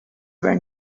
were